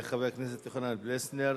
חבר הכנסת יוחנן פלסנר,